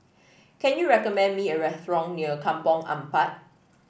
can you recommend me a restaurant near Kampong Ampat